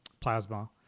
plasma